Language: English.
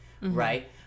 right